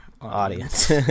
audience